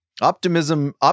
Optimism